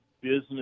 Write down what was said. business